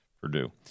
Purdue